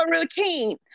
routine